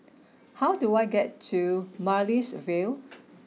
how do I get to Amaryllis Ville